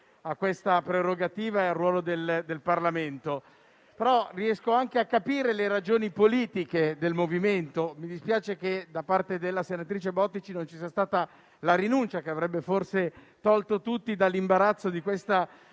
a questa prerogativa e al ruolo del Parlamento. Riesco però anche a capire le ragioni politiche del MoVimento 5 Stelle. Mi dispiace che da parte della senatrice Bottici non ci sia stata la rinuncia, che avrebbe forse tolto tutti dall'imbarazzo di questa